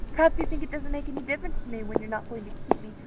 perhaps you think it doesn't make any difference to me when you're not going to keep me,